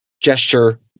gesture